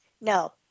no